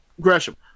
Gresham